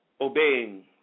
obeying